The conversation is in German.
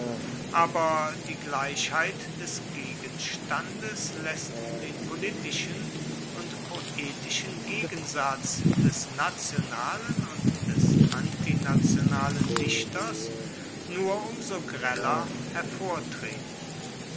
aber die gleichheit des gegenstandes laesst den politischen und poetischen gegensatz des nationalen und des antinationalen dichters nur um so greller